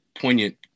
poignant